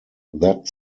that